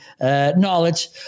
knowledge